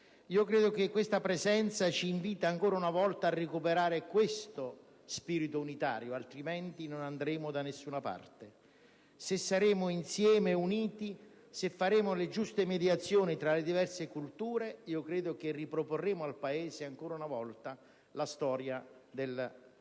Paese, e questa presenza ci invitino ancora una volta a recuperare questo spirito unitario: altrimenti, non andremo da nessuna parte. Se saremo insieme e uniti, se faremo le giuste mediazioni tra le diverse culture, credo che riproporremo al Paese ancora una volta la storia della prima